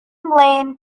lane